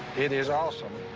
it is awesome.